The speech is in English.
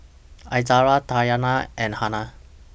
Izara Dayana and Hana